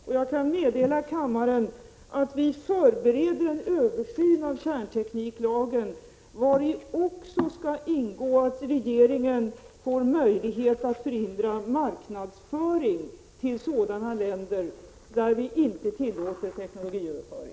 Och jag kan meddela kammaren att vi förbereder en översyn av kärntekniklagen, vari också skall ingå att regeringen får möjlighet att förhindra marknadsföring när det gäller länder till vilka vi inte tillåter teknologiöverföring.